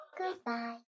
Goodbye